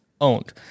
owned